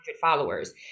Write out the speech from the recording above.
followers